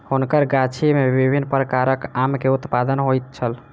हुनकर गाछी में विभिन्न प्रकारक आम के उत्पादन होइत छल